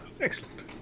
excellent